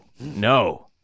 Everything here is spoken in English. No